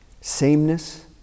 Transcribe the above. sameness